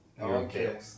okay